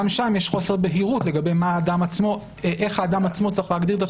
גם שם יש חוסר בהירות לגבי איך האדם עצמו צריך להגדיר את עצמו,